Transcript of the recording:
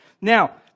Now